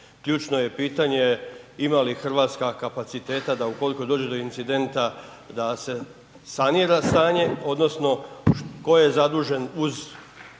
Ključno je pitanje ima li RH kapaciteta da ukoliko dođe do incidenta da se sanira stanje odnosno tko je zadužen uz